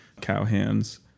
cowhands